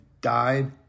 died